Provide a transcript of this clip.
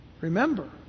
Remember